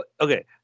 Okay